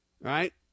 right